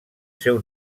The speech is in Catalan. seu